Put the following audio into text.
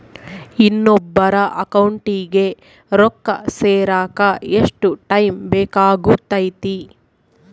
ಇನ್ನೊಬ್ಬರ ಅಕೌಂಟಿಗೆ ರೊಕ್ಕ ಸೇರಕ ಎಷ್ಟು ಟೈಮ್ ಬೇಕಾಗುತೈತಿ?